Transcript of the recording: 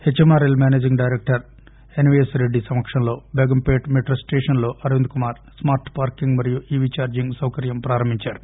HMRL managing director S V S Reddy సమక్షంలో Begumpet metro station లో Arvind Kumar smart parking మరియు ఈవి ఛార్లింగ్ సౌకర్యం ప్రారంభించారు